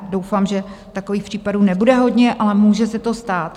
Doufám, že takových případů nebude hodně, ale může se to stát.